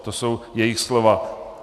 To jsou jejich slova.